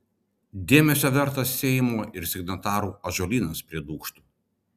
dėmesio vertas seimo ir signatarų ąžuolynas prie dūkštų